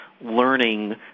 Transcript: learning